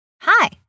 Hi